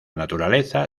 naturaleza